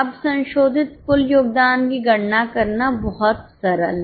अब संशोधित कुल योगदान की गणना करना बहुत सरल है